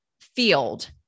field